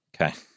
Okay